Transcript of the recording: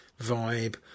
vibe